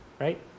right